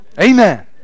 Amen